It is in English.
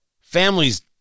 families